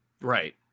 Right